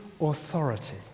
authority